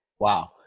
Wow